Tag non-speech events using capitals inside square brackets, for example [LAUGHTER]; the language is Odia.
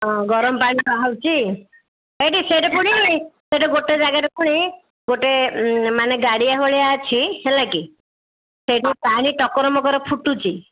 ହଁ ଗରମ ପାଣି ବାହାରୁଛି [UNINTELLIGIBLE] ଗୋଟେ ଜାଗାରେ ପୁଣି ଗୋଟେ ମାନେ ଗାଡ଼ିଆ ଭଳିଆ ଅଛି ହେଲା କି ସେଇଠୁ ପାଣି ଟକର ମକର ଫୁଟୁଛି